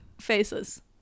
faces